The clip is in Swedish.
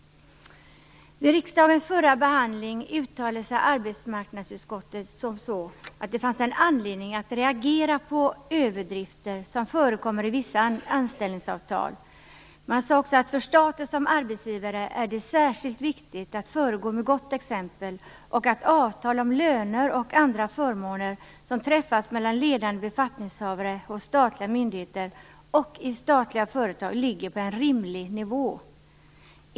Vid riksdagens förra behandling uttalade sig arbetsmarknadsutskottet att det fanns anledning att reagera på överdrifter som förekommer i vissa anställningsavtal. Man sade också att det för staten som arbetsgivare är särskilt viktigt att föregå med gott exempel och att avtal om löner och andra förmåner som träffas mellan ledande befattningshavare hos statliga myndigheter och i statliga företag ligger på en rimlig nivå.